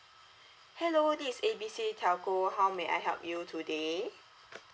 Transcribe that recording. hello this is A B C telco how may I help you today